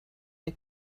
der